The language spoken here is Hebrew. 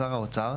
שר האוצר,